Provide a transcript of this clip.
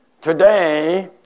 Today